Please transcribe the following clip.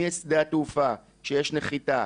משדה התעופה כשיש נחיתה,